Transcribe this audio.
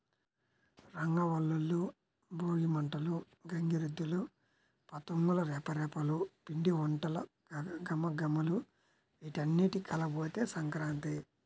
రంగవల్లులు, భోగి మంటలు, గంగిరెద్దులు, పతంగుల రెపరెపలు, పిండివంటల ఘుమఘుమలు వీటన్నింటి కలబోతే సంక్రాంతి